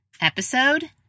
episode